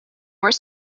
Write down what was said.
where